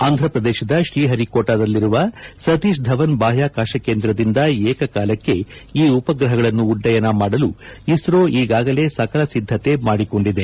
ಆಂಧ್ರಪ್ರದೇಶದ ಶ್ರೀಪರಿಕೋಟಾದಲ್ಲಿರುವ ಸತೀಶ್ ದವನ್ ಬಾಹ್ಯಾಕಾಶ ಕೇಂದ್ರದಿಂದ ಏಕಕಾಲಕ್ಕೆ ಈ ಉಪಗ್ರಹಗಳನ್ನು ಉಡ್ಡಯನ ಮಾಡಲು ಇಸ್ತೋ ಈಗಾಗಲೇ ಸಕಲ ಸಿದ್ದತೆ ಮಾಡಿಕೊಂಡಿದೆ